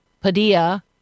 Padilla